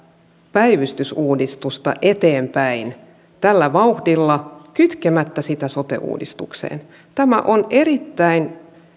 päivystysuudistusta eteenpäin tällä vauhdilla kytkemättä sitä sote uudistukseen tämä on erittäin